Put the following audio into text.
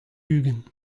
ugent